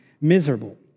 miserable